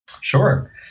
Sure